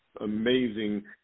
amazing